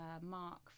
Mark